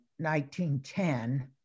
1910